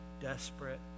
desperate